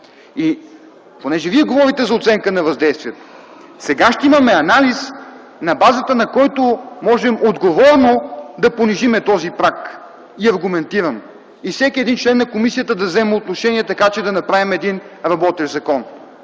И понеже Вие говорите за оценка на въздействието, сега ще имаме анализ, на базата на който можем отговорно да понижим този праг, и аргументирано, и всеки един член на комисията да вземе отношение, така че да направим един работещ закон.